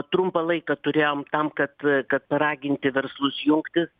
trumpą laiką turėjom tam kad kad paraginti verslus jungtis